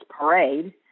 Parade